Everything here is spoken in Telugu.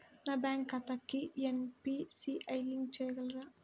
నా బ్యాంక్ ఖాతాకి ఎన్.పీ.సి.ఐ లింక్ చేయాలా?